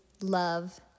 Love